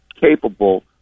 capable